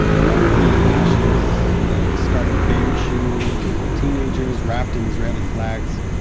among the ashes, the discarded baby shoes, and the teenagers wrapped in israeli flags,